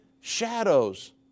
shadows